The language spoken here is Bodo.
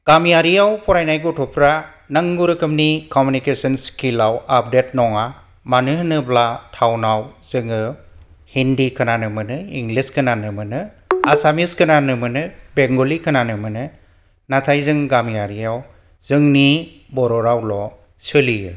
गामियारियाव फरायानाय गथ'फ्रा नांगौ रोखोमनि कमिउनिकेशन स्किलाव आपडेट नङा मानो होनोबा टाउनआव जोङो हिन्दी खोनानो मोनो इंलिस खोनानो मोनो आसामिस खोनानो मोनो बेंगलि खोनानो मोनो नाथाय जों गामियारियाव जोंनि बर' रावल' सोलियो